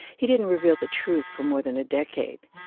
he didn't reveal the truth for more than a decade.